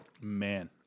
Man